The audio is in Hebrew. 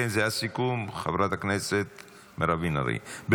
כן, זה הסיכום, חברת הכנסת מירב בן ארי.